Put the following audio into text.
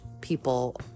people